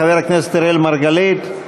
חבר הכנסת אראל מרגלית,